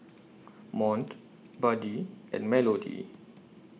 Mont Buddy and Melodee